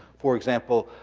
for example,